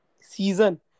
season